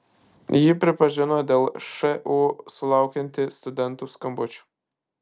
ji pripažino dėl šu sulaukianti studentų skambučių